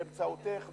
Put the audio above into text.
באמצעותך.